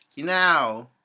Now